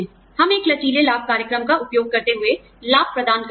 हम एक लचीले लाभ कार्यक्रम का उपयोग करते हुए लाभ प्रदान करते हैं